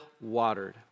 watered